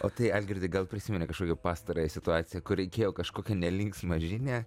o tai algirdai gal prisimeni kažkokią pastarąją situaciją kur reikėjo kažkokią nelinksmą žinią